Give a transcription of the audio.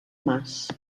mas